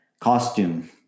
costume